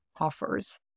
offers